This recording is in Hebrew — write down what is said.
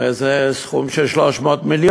הוא אומר: זה סכום של 300 מיליון.